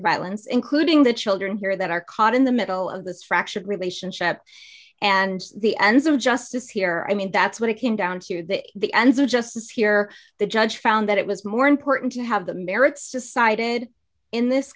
violence including the children here that are caught in the middle of this fractured relationship and the ends of justice here i mean that's what it came down to that the ends of justice here the judge found that it was more important to have the merits decided in this